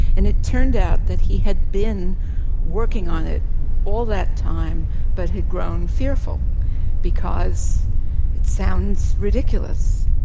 and it turned out that he had been working on it all that time but had grown fearful because it sounds ridiculous.